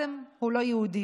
קאסם הוא לא יהודי,